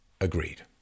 agreed